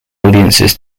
audiences